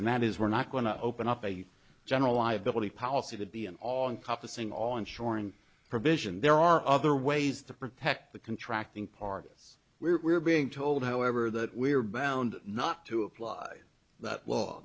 and that is we're not going to open up a general liability policy to be an all encompassing all ensuring provision there are other ways to protect the contract in part because we're being told however that we are bound not to apply that law